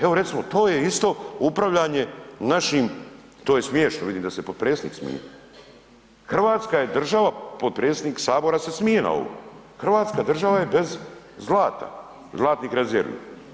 Evo recimo to je isto upravljanje našim, to je smiješno, vidim da se i potpredsjednik smije, Hrvatska je država, potpredsjednik sabora se smije na ovo, Hrvatska država je bez zlata, zlatnih rezervi.